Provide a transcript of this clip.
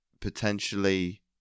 potentially